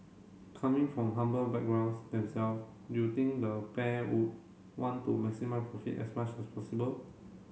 coming from humble backgrounds them self you think the pair would want to maximise profits as much as possible